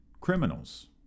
criminals